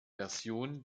version